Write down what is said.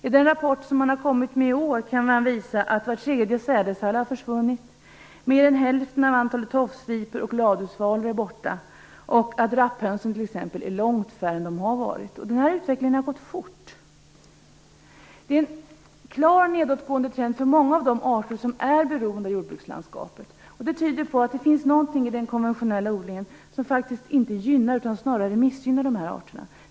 I den rapport som man kommit med i år visas att var tredje sädesärla har försvunnit, mer än hälften av antalet tofsvipor och ladusvalor är borta, och t.ex. rapphönsen är långt färre än vad de har varit. Den här utvecklingen har gått fort. Det är en klart nedåtgående trend för många av de arter som är beroende av jordbrukslandskapet. Det tyder på att det finns någonting i den konventionella odlingen som inte gynnar utan snarare missgynnar dessa arter.